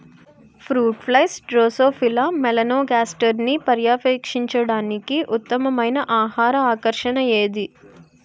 Fruit flies Drosophila మెలనోగాస్టర్ని పర్యవేక్షించడానికి ఉత్తమమైన ఆహార ఆకర్షణ ఏది?